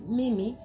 mimi